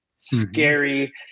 scary